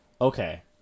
okay